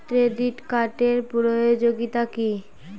Credit কার্ডের উপযোগিতা কি?